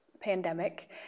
pandemic